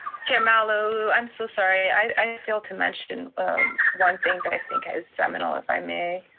chair malauulu, i'm so sorry. i failed to mention one thing that i think has seminal if i may?